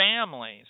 families